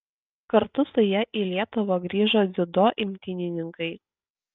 kartu su ja į lietuvą grįžo dziudo imtynininkai